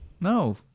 no